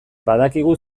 badakigu